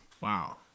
Wow